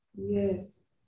Yes